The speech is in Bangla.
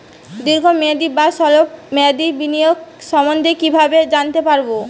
দীর্ঘ মেয়াদি বা স্বল্প মেয়াদি বিনিয়োগ সম্বন্ধে কীভাবে জানতে পারবো?